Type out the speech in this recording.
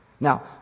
Now